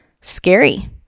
scary